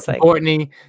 Courtney